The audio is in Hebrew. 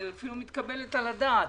אולי היא אפילו מתקבלת על הדעת.